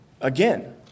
Again